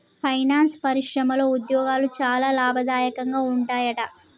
finance పరిశ్రమలో ఉద్యోగాలు చాలా లాభదాయకంగా ఉంటాయట